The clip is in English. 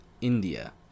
India